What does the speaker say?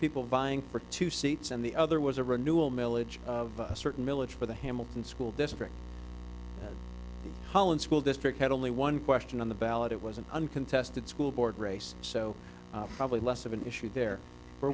people vying for two seats and the other was a renewal milledge of a certain milage for the hamilton school district holland school district had only one question on the ballot it was an uncontested school board race so probably less of an issue there were